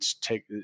take